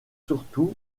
surtout